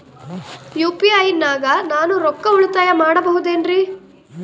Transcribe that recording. UPI ನಾಗ ನಾನು ರೊಕ್ಕ ಉಳಿತಾಯ ಮಾಡಬಹುದೇನ್ರಿ?